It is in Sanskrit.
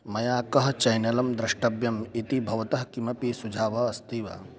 मया कः चेनेलं द्रष्टव्यम् इति भवतः किमपि सुझाव अस्ति वा